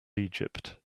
egypt